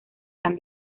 san